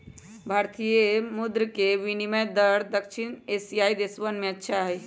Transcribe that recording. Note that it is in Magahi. भारतीय मुद्र के विनियम दर दक्षिण एशियाई देशवन में अच्छा हई